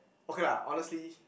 okay lah honestly